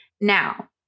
Now